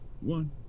one